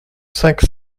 cinq